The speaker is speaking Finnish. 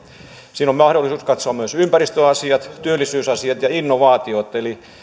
siinä on mahdollisuus katsoa myös ympäristöasiat työllisyysasiat ja innovaatiot eli on